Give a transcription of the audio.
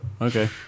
Okay